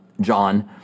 John